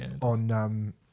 on